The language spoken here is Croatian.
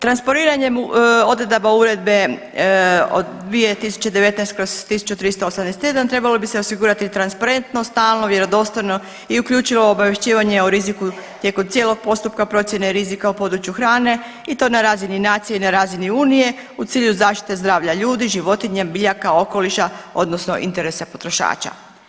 Transponiranjem odredaba Uredbe od 2019/1381 trebalo bi se osigurati transparentno, stalno, vjerodostojno i uključivo obavješćivanje o riziku tijekom cijelog postupka procijene rizika u području hrane i to na razini nacije i na razini unije u cilju zaštite zdravlja ljudi, životinja, biljaka, okoliša odnosno interesa potrošača.